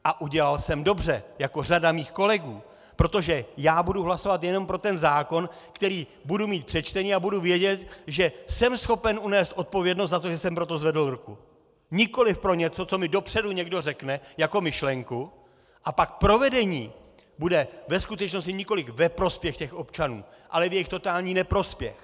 A udělal jsem dobře jako řada mých kolegů, protože já budu hlasovat jenom pro ten zákon, který budu mít přečtený, a budu vědět, že jsem schopen unést odpovědnost za to, že jsem pro to zvedl ruku, nikoliv pro něco, co mi dopředu někdo řekne jako myšlenku, a pak provedení bude ve skutečnosti nikoliv ve prospěch občanů, ale v jejich totální neprospěch.